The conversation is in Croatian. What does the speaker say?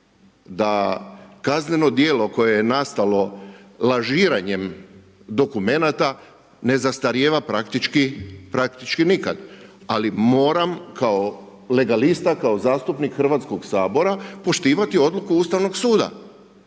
da kazneno djelo koje je nastalo lažiranjem dokumenata ne zastarijeva praktički nikad ali moram kao legalista, kao zastupnik Hrvatskog sabora poštivati odluku Ustavnog suda